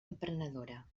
emprenedora